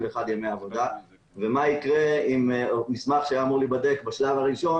ימי עבודה ומה יקרה אם מסמך שהיה צריך להיבדק בשלב הראשון,